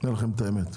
זאת האמת.